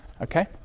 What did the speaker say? Okay